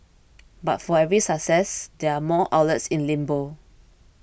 but for every success there are more outlets in limbo